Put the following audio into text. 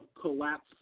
collapse